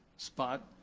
spot.